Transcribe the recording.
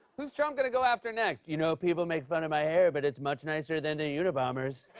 who's trump gonna go after next? you know, people make fun of my hair, but it's much nicer than the unabomber's.